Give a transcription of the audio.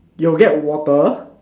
you will get water